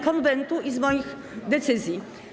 Konwentu i moich decyzji.